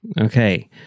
Okay